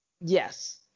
yes